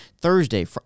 Thursday